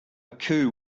coup